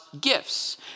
gifts